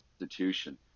institution